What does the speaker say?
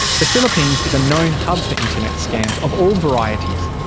the philippines is a known hub for internet scams of all varieties,